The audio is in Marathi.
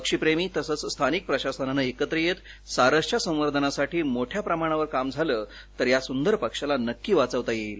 पक्षी प्रेमी तसंच स्थानिक प्रशासनानं एकत्र येत सारसच्या संवर्धनासाठी मोठ्या प्रमाणावर काम झालं तर या सुंदर पक्षाला नक्की वाचविता येईल